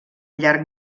llarg